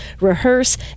rehearse